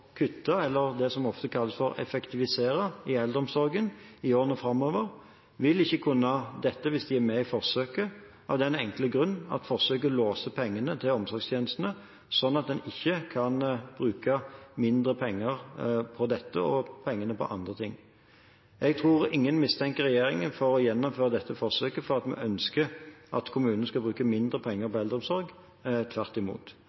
kutte – det som ofte kalles for å effektivisere – i eldreomsorgen i årene framover, vil ikke kunne gjøre det hvis de er med i forsøket, av den enkle grunn at forsøket låser pengene til omsorgstjenestene, slik at man ikke kan bruke mindre penger på dette og i stedet bruke pengene på andre ting. Jeg tror ingen mistenker regjeringen for å gjennomføre dette forsøket fordi vi ønsker at kommunene skal bruke mindre på eldreomsorg, tvert imot.